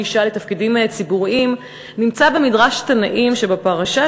אישה לתפקידים ציבוריים נמצא ב"מדרש תנאים" לפרשה,